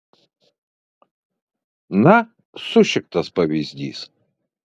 na sušiktas pavyzdys